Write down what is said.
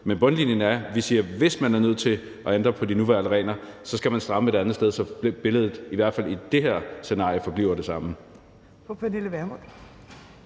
Men bundlinjen er, at vi siger: Hvis man er nødt til at ændre på de nuværende regler, skal man stramme et andet sted, så billedet i hvert fald i det her scenarie forbliver det samme.